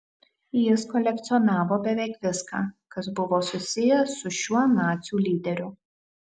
jis kolekcionavo beveik viską kas buvo susiję su šiuo nacių lyderiu